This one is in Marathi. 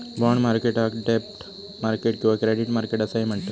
बाँड मार्केटाक डेब्ट मार्केट किंवा क्रेडिट मार्केट असाही म्हणतत